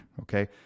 okay